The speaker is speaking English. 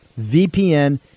VPN